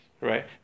right